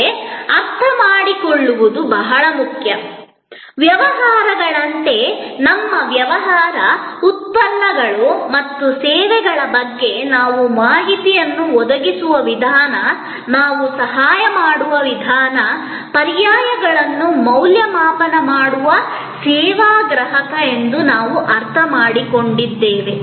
ಆದರೆ ವ್ಯವಹಾರಗಳಂತೆ ಅರ್ಥಮಾಡಿಕೊಳ್ಳುವುದು ಬಹಳ ಮುಖ್ಯ ನಮ್ಮ ವ್ಯವಹಾರ ಉತ್ಪನ್ನಗಳು ಮತ್ತು ಸೇವೆಗಳ ಬಗ್ಗೆ ನಾವು ಮಾಹಿತಿಯನ್ನು ಒದಗಿಸುವ ವಿಧಾನ ನಾವು ಸಹಾಯ ಮಾಡುವ ವಿಧಾನ ಪರ್ಯಾಯಗಳನ್ನು ಮೌಲ್ಯಮಾಪನ ಮಾಡುವ ಸೇವಾ ಗ್ರಾಹಕ ಎಂದು ನಾವು ಅರ್ಥಮಾಡಿಕೊಂಡಿದ್ದೇವೆ